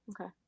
Okay